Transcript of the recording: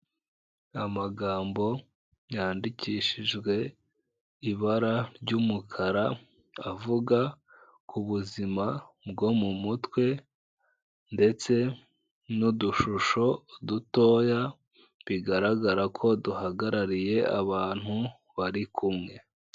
Amagambo yandikishijwe ibara ry'umukara avuga ku buzima bwo mu mutwe, ndetse n'udushusho dutoya bigaragara ko duhagarariye abantu bari kumwe.